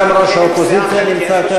גם ראש האופוזיציה נמצא כאן.